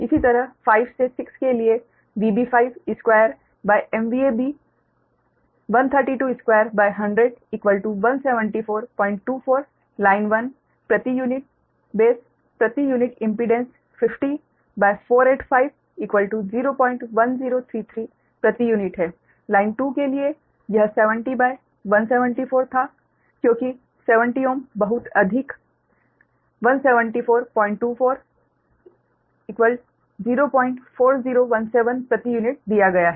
इसी तरह 5 से 6 के लिए 2 B 1322 100 17424Ω लाइन 1 प्रति यूनिट बेस प्रति यूनिट इम्पीडेंस 50484 01033 प्रति यूनिट है लाइन 2 के लिए यह 70174 था क्योंकि 70 Ω बहुत अधिक 17424 04017 प्रति यूनिट दिया गया है